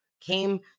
came